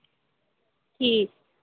ठीक